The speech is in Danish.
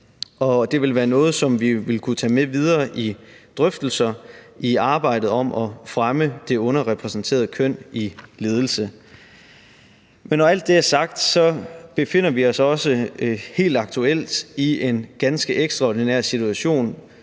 det vil være noget, som vi vil kunne tage med videre i drøftelser i arbejdet med at fremme det underrepræsenterede køn i ledelse. Men når alt det er sagt, befinder vi os også helt aktuelt i en ganske ekstraordinær situation